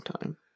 time